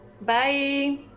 Bye